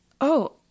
Oh